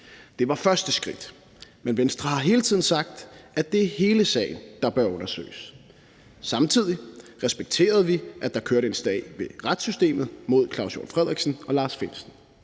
Det var første skridt. Men Venstre har hele tiden sagt, at det er hele sagen, der bør undersøges. Samtidig respekterede vi, at der kørte en sag ved retssystemet mod Claus Hjort Frederiksen og Lars Findsen.